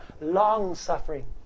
long-suffering